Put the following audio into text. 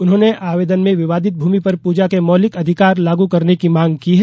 उन्होंने आवेदन में विवादित भूमि पर पूजा के मौलिक अधिकार लागू करने की मांग की है